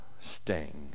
sting